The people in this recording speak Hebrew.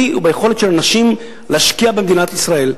וביכולת של אנשים להשקיע במדינת ישראל.